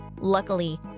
Luckily